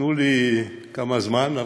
תנו לי כמה זמן,